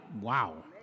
wow